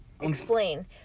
Explain